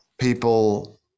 people